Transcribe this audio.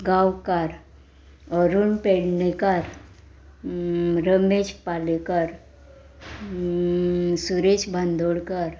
Gaonkar Arun Pednekar Ramesh Palekar Suresh Bandodkar